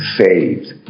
saved